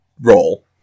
roll